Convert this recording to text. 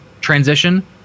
transition